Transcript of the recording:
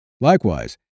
Likewise